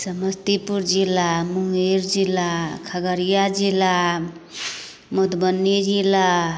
समस्तीपुर जिला मुंगेर जिला खगड़िया जिला मधुबनी जिला